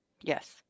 Yes